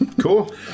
Cool